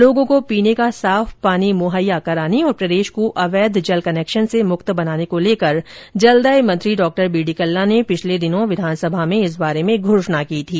लोगों को पीने का साफ पानी मुहैया कराने और प्रदेश को अवैध जल कनैक्शन से मुक्त बनाने को लेकर जलदाय मंत्री डॉ बी डी कल्ला ने पिछले दिनों विधानसभा में इस बारे में घोषणा की थी